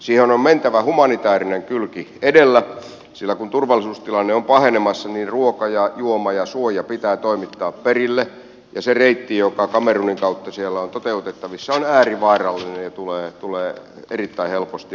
siihen on mentävä humanitäärinen kylki edellä sillä kun turvallisuustilanne on pahenemassa niin ruoka ja juoma ja suoja pitää toimittaa perille ja se reitti joka kamerunin kautta siellä on toteutettavissa on äärivaarallinen ja tulee erittäin helposti ryöstetyksi